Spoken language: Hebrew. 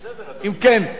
בסדר, אבל,